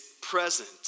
present